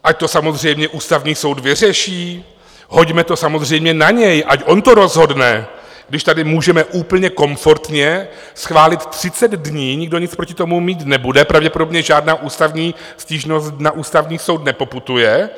Ať to samozřejmě Ústavní soud vyřeší, hoďme to samozřejmě na něj, ať on to rozhodne, když tady můžeme úplně komfortně schválit 30 dní, nikdo nic proti tomu mít nebude, pravděpodobně žádná stížnost na Ústavní soud nepoputuje.